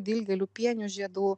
dilgėlių pienių žiedų